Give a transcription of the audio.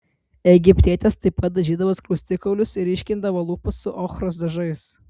egiptietės taip pat dažydavo skruostikaulius ir ryškindavo lūpas su ochros dažais